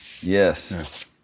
yes